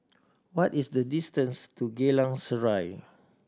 what is the distance to Geylang Serai